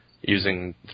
using